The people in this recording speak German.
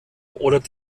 oder